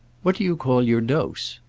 what do you call your dose?